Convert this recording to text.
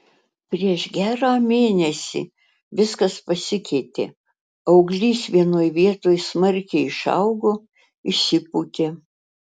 prieš gerą mėnesį viskas pasikeitė auglys vienoj vietoj smarkiai išaugo išsipūtė